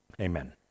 amen